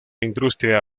industria